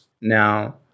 Now